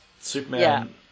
superman